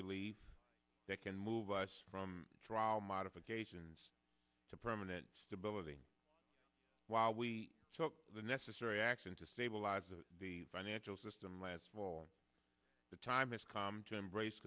relief that can move us from trial modifications to permanent stability while we took the necessary action to stabilize the financial system last fall the time has come to embrace